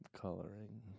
coloring